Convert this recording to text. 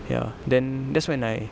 ya then that's when I